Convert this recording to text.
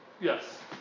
Yes